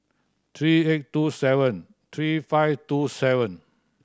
three eight two seven three five two seven